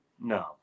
No